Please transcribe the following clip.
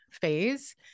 phase